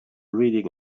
reading